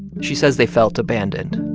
she says they felt abandoned.